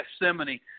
Gethsemane